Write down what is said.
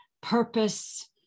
purpose